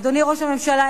אדוני ראש הממשלה,